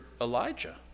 Elijah